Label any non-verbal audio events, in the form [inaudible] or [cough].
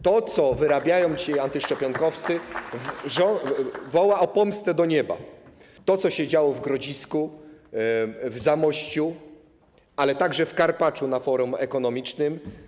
To, co wyrabiają [applause] ci antyszczepionkowcy, woła o pomstę do nieba - to, co się działo w Grodzisku, w Zamościu, ale także w Karpaczu na Forum Ekonomicznym.